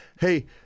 Hey